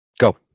Go